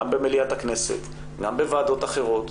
גם במליאת הכנסת, גם בוועדות אחרות,